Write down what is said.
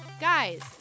Guys